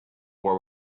war